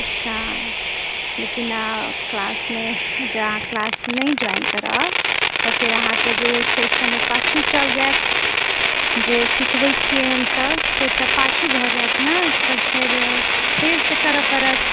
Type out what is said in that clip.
अच्छा लेकिन आ क्लासमे जँ अहाँ क्लास नहि ज्वाइन करब तऽ फेर अहाँके जे सेशन एक पाछूँ चलि जाएत जे सीखबए छिऐ हमसभ से सभ पाछूँ भऽ जैत ने तऽ फेर फेरसँ करऽ पड़त